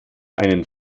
einen